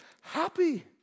Happy